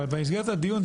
אבל במסגרת הדיון,